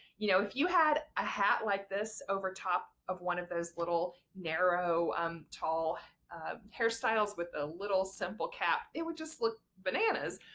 you know if you had a hat like this over top of one of those little narrow um tall hairstyles with a little simple cap it would just look bananas,